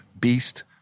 beast